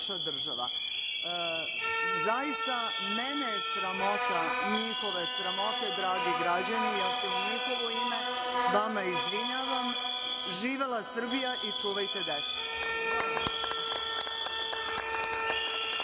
mene je sramota njihove sramote, dragi građani. Ja se u njihovo ime vama izvinjavam. Živela Srbija i čuvajte decu!